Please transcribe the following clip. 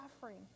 suffering